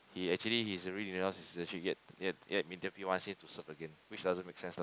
he actually he's already renounce citizenship yet yet yet Mindef people wants him to serve again which doesn't make sense lah